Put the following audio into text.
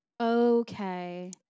Okay